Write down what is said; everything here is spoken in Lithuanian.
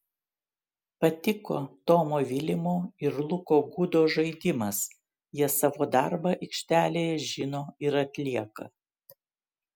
patiko tomo vilimo ir luko gudo žaidimas jie savo darbą aikštelėje žino ir atlieka